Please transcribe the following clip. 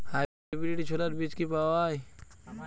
Hybrid ছোলার বীজ কি পাওয়া য়ায়?